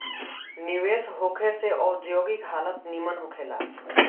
निवेश होखे से औद्योगिक हालत निमन होखे ला